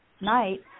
night